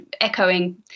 echoing